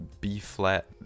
B-flat